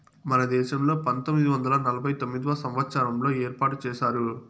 మన దేశంలో పంతొమ్మిది వందల నలభై తొమ్మిదవ సంవచ్చారంలో ఏర్పాటు చేశారు